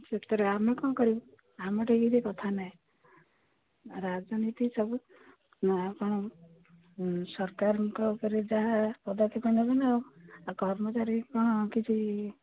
ସେଥିରେ ଆମେ କ'ଣ କରିବୁ ଆମଠି କିଛି କଥା ନାହିଁ ରାଜନୀତି ସବୁ ଆପଣ ସରକାରଙ୍କ ଉପରେ ଯାହା ପଦକ୍ଷେପ ନେବେ ନା ଆଉ କର୍ମଚାରୀ କ'ଣ କିଛି